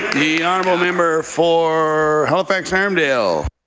the honourable member for halifax armdale.